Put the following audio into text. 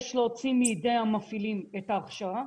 יש להוציא מידי המפעילים את ההכשרה,